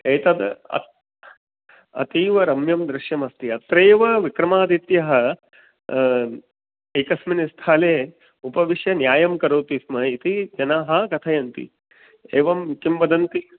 एतत् अत् अतीवरम्यं दृश्यमस्ति अत्रैव विक्रमादित्यः एकस्मिन् स्थले उपविश्य न्यायं करोति स्म इति जनाः कथयन्ति एवं किंवदन्ती